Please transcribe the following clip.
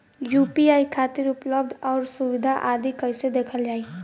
UPI खातिर उपलब्ध आउर सुविधा आदि कइसे देखल जाइ?